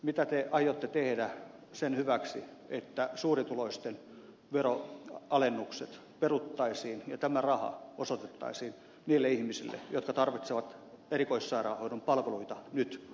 mitä te aiotte tehdä sen hyväksi että suurituloisten veronalennukset peruttaisiin ja tämä raha osoitettaisiin niille ihmisille jotka tarvitsevat erikoissairaanhoidon palveluita nyt eikä huomenna